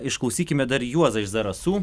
išklausykime dar juozą iš zarasų